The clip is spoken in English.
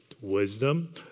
wisdom